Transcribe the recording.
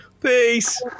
Peace